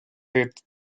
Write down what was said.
its